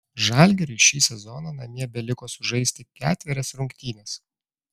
žalgiriui šį sezoną namie beliko sužaisti ketverias rungtynes